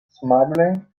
smuggling